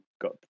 got